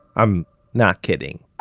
i'm not kidding.